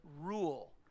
rule